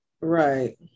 Right